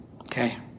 Okay